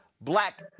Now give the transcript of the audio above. black